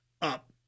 up